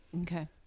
Okay